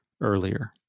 earlier